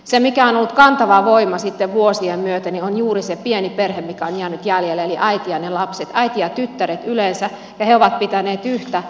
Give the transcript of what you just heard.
se mikä on ollut kantava voima sitten vuosien myötä on juuri se pieni perhe mikä on jäänyt jäljelle eli äiti ja ne lapset äiti ja tyttäret yleensä ja he ovat pitäneet yhtä